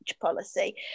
policy